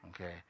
Okay